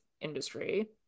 industry